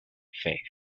faith